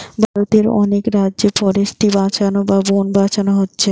ভারতের অনেক রাজ্যে ফরেস্ট্রি বাঁচানা বা বন বাঁচানা হচ্ছে